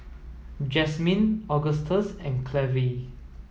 Jazmyne Agustus and Clevie